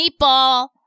meatball